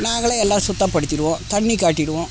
நாங்களே எல்லாம் சுத்தப்படுத்திவிடுவோம் தண்ணி காட்டிவிடுவோம்